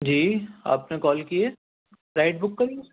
جی آپ نے کال کی ہے رائڈ بک کری ہے